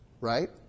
Right